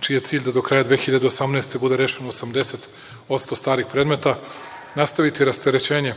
čiji je cilj da do kraja 2018. godine bude rešeno 80% starih predmeta. Nastaviti rasterećenje